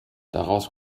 daraus